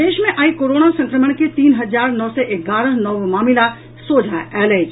प्रदेश मे आई कोरोना संक्रमण के तीन हजार नओ सय एगारह नव मामिला सोझा आयल अछि